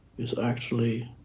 is actually